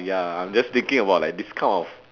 ya I'm just thinking about like this kind of